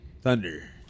Thunder